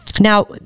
Now